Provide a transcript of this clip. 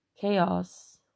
chaos